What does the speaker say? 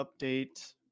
update